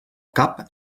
cap